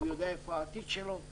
הוא יודע איפה העתיד שלו,